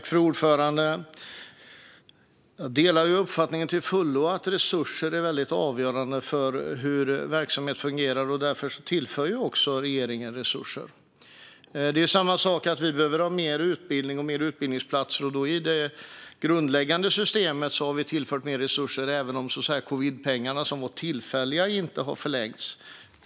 Fru talman! Jag delar till fullo uppfattningen att resurser är avgörande för hur en verksamhet fungerar, och därför tillför regeringen resurser. Det är samma sak att det behövs fler utbildningsplatser. I det grundläggande systemet har mer resurser tillförts, även om de tillfälliga covidpengarna inte har förlängts.